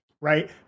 right